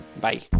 bye